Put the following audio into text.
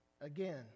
Again